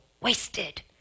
wasted